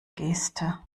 geste